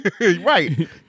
Right